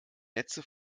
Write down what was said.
netze